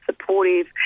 supportive